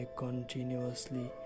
continuously